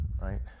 right